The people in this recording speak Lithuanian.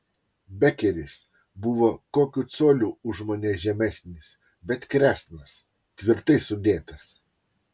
bekeris buvo kokiu coliu už mane žemesnis bet kresnas tvirtai sudėtas